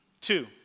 Two